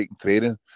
training